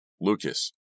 Lucas